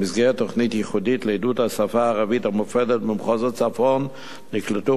במסגרת תוכנית ייחודית לעידוד השפה הערבית המופעלת במחוז הצפון נקלטו